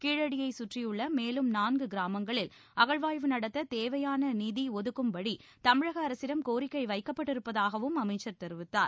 கீழடியை சுற்றியுள்ள மேலும் நான்கு கிராமங்களில் அகழாய்வு நடத்த தேவையான நிதி ஒதுக்கும்படி தமிழக அரசிடம் கோரிக்கை வைக்கப்பட்டிருப்பதாகவும் அமைச்சர் தெரிவித்தார்